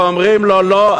ואומרים לו: לא,